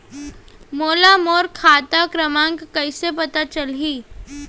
मोला मोर खाता क्रमाँक कइसे पता चलही?